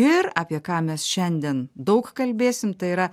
ir apie ką mes šiandien daug kalbėsim tai yra